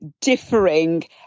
differing